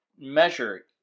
measure